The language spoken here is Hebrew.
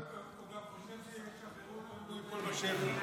הוא גם חושב שישחררו אותו אם הוא ייפול בשבי.